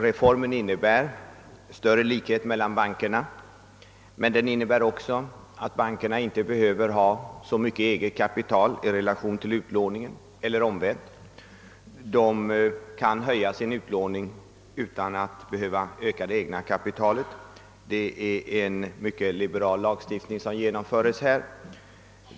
Reformen medför större likhet mellan bankerna men den medför också att bankerna inte behöver ha så mycket eget kapital i relation till utlåningen, eller omvänt att de kan öka sin utlåning utan att behöva öka det egna kapitalet. Det är alltså en mycket liberal lagstiftning som föreslås.